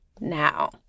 Now